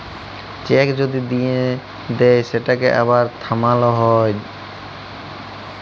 cheque যদি দিঁয়ে দেই সেটকে আবার থামাল যায়